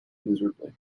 miserably